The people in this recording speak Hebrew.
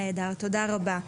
נהדר, תודה רבה.